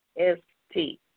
S-T